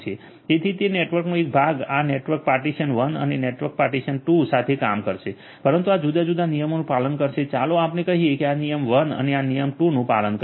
તેથી તે નેટવર્કનો એક ભાગ આ નેટવર્ક પાર્ટીશન 1 અને નેટવર્ક પાર્ટીશન 2 સાથે કામ કરશે પરંતુ આ જુદા જુદા નિયમોનું પાલન કરશે ચાલો આપણે કહીએ કે આ નિયમ 1 અને આ નિયમ 2 નું પાલન કરશે